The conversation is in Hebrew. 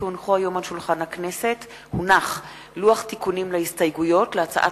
כי הונח היום על שולחן הכנסת לוח תיקונים להסתייגויות להצעת